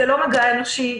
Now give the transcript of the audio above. זה לא מגע אנושי,